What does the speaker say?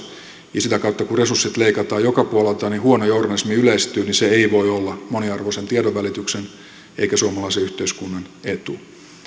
ja sitä kautta kun resursseja leikataan joka puolelta huono journalismi yleistyy ei voi olla moniarvoisen tiedonvälityksen eikä suomalaisen yhteiskunnan etu